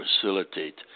facilitate